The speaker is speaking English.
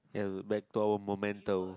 ya back to our momento